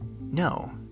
No